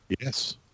Yes